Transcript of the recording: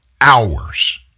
hours